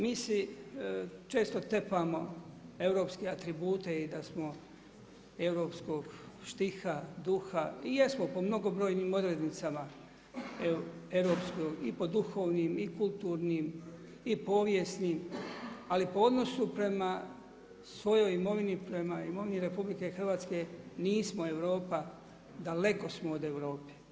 Mi si često tepamo europske atribute i da smo europskog štiha, duha i jesmo po mnogobrojnim odrednicama europskog i po duhovnim i kulturnim i povijesnim, ali po odnosu prema svojoj imovini, prema imovini RH nismo Europa, daleko smo od Europe.